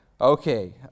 Okay